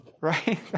Right